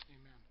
Amen